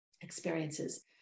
experiences